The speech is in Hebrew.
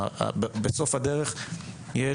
בסוף הדרך יש